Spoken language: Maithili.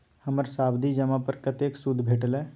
हमर सावधि जमा पर कतेक सूद भेटलै?